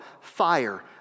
fire